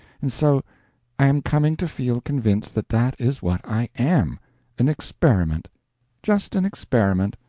and so i am coming to feel convinced that that is what i am an experiment just an experiment,